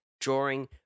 Drawing